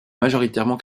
majoritairement